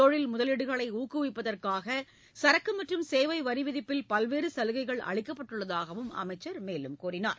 தொழில் முதலீடுகளை ஊக்குவிப்பதற்காக சுரக்கு மற்றும் சேவை வரி விதிப்பில் பல்வேறு சலுகைகள் அளிக்கப்பட்டுள்ளதாகவும் அவர் கூறினார்